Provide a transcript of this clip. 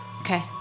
Okay